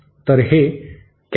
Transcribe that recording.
तर हे cascade parameters आहेत